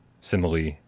simile